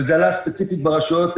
זה עלה ספציפית ברשויות האלה,